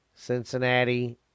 Cincinnati